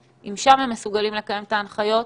אם שם הם מסוגלים לקיים את ההנחיות,